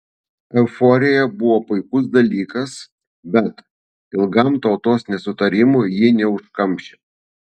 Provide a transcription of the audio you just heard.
euforija buvo puikus dalykas bet ilgam tautos nesutarimų ji neužkamšė